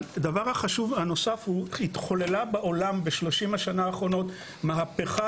הדבר החשוב הנוסף נוגע לכך שהתחוללה בעולם ב-30 השנים האחרונות מהפכה